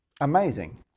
amazing